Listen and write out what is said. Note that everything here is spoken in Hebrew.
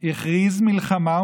הכריז מלחמה,